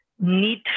Need